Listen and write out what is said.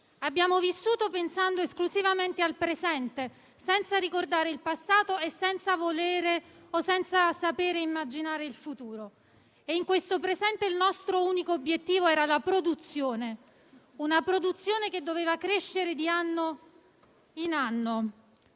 Abbiamo vissuto pensando esclusivamente al presente, senza ricordare il passato e senza volere o sapere immaginare il futuro. E in questo presente il nostro unico obiettivo era la produzione, una produzione che doveva crescere di anno in anno.